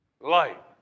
Light